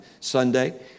Sunday